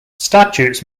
statutes